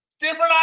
Different